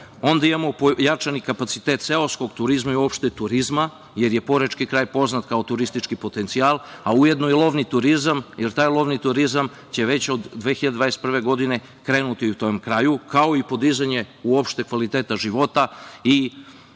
imamo pojačani kapacitet seoskog turizma i uopšte turizma, jer je porečki kraj poznat kao turistički potencijal, a ujedno i lovni turizam, jer taj lovni turizam će već od 2021. godine krenuti u tom kraju, kao i podizanje uopšte kvaliteta života i velike